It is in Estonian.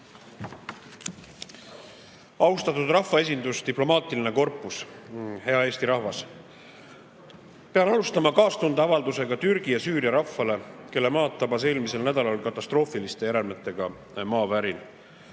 Austatud rahvaesindus! Diplomaatiline korpus! Hea Eesti rahvas! Pean alustama kaastundeavaldusega Türgi ja Süüria rahvale, kelle maad tabas eelmisel nädalal katastroofiliste järelmitega maavärin.